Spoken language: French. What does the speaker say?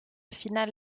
finale